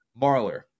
marler